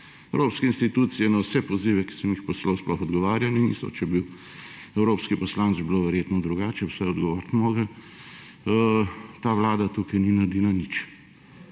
Evropske institucije na vse pozive, ki sem jih poslal, sploh odgovarjali niso. Če bi bil evropski poslanec, bi bilo verjetno drugače, vsaj odgovoriti bi mogli. Ta vlada tukaj ni naredila nič